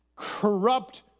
corrupt